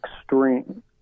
extreme